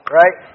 right